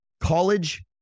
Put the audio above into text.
college